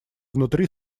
внутри